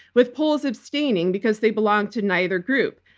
with pols abstaining because they belong to neither group.